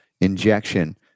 injection